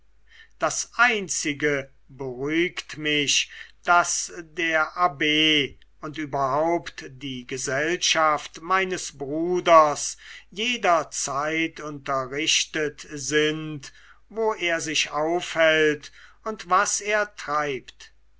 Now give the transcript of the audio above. das einzige beruhigt mich daß der abb und überhaupt die gesellschaft meines bruders jederzeit unterrichtet sind wo er sich aufhält und was er treibt